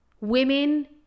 women